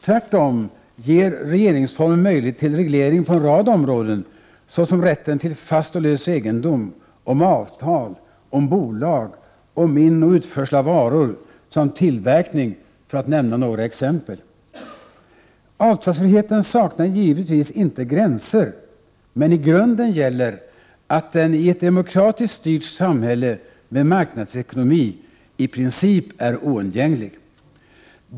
Tvärtom ger regeringsformen möjligheter till reglering på en rad områden, såsom rätten till fast och lös egendom, rätten om avtal, om bolag, om inoch utförsel av varor samt tillverkning, för att nämna några exempel. Avtalsfriheten saknar givetvis inte gränser, men i grunden gäller att den i ett demokratiskt styrt samhälle med marknadsekonomi i princip är oundgänglig.